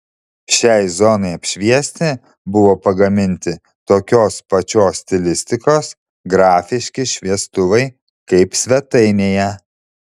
šiai zonai apšviesti buvo pagaminti tokios pačios stilistikos grafiški šviestuvai kaip svetainėje